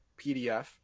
PDF